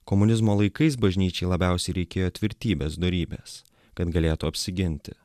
komunizmo laikais bažnyčiai labiausiai reikėjo tvirtybės dorybės kad galėtų apsiginti